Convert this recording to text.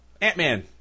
Ant-Man